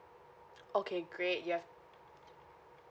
okay great yeah